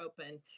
open